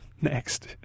next